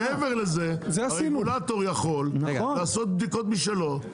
מעבר לזה, הרגולטור יכול לעשות בדיקות משלו.